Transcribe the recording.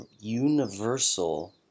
universal